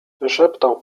wyszeptał